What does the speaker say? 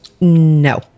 No